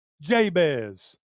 Jabez